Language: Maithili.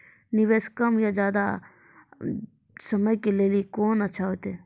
निवेश कम या ज्यादा समय के लेली कोंन अच्छा होइतै?